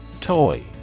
Toy